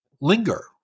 Linger